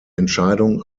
entscheidung